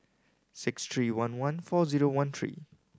six three one one four zero one three